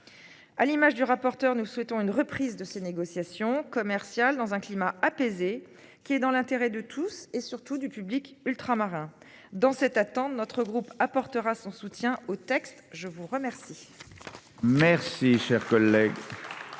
À l'image du rapporteur. Nous souhaitons une reprise de ces négociations commerciales dans un climat apaisé qui est dans l'intérêt de tous et surtout du public ultramarins dans cette attendent notre groupe apportera son soutien au texte. Je vous remercie.